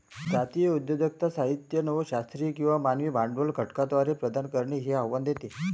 जातीय उद्योजकता साहित्य नव शास्त्रीय किंवा मानवी भांडवल घटकांद्वारे प्रदान करणे हे आव्हान देते